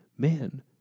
man